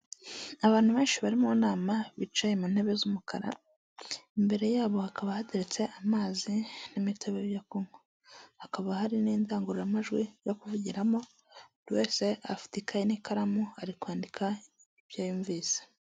Abantu benshi bari mu nama bicaye mu ntebe z'umukara imbere yabo hakaba hatetse amazi n'imitobe yo kunywa. Hakaba hari n'indangururamajwi yo kuvugiramo buri afite ikaye n'ikaramu ari kwandika ibyo yumvise.